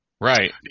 Right